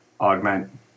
augment